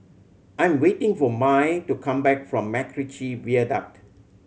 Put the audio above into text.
I'm waiting for Mai to come back from MacRitchie Viaduct